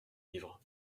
livre